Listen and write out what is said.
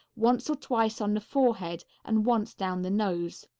once or twice on the forehead and once down the nose.